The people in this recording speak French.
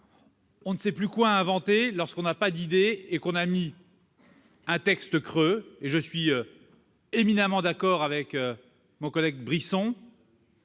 On ne sait plus quoi inventer quand on n'a pas d'idée et qu'on a fait un texte creux- je suis parfaitement d'accord avec mon collègue Brisson.